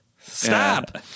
stop